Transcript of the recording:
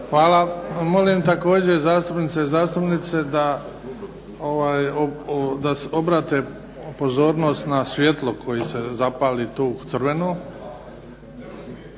Hvala. Molim također zastupnike i zastupnice da obrate pozornost na svjetlo koje se zapali tu crveno,